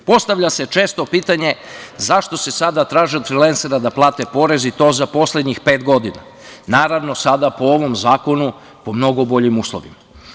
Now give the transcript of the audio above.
Postavlja se često pitanje – zašto se sada traži od frilensera da plate porez i to za poslednjih pet godina, naravno, sada po ovom zakonu po mnogo boljim uslovima?